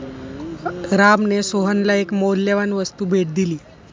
रामने सोहनला एक मौल्यवान वस्तू भेट दिली